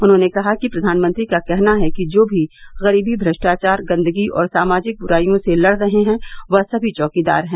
उन्होंने कहा कि प्रधानमंत्री का कहना है कि जो भी गरीबी भ्रष्टाचार गंदगी और सामाजिक दुराइयों से लड़ रहे हैं वह सभी चौकीदार हैं